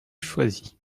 choisi